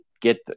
get